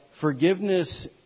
forgiveness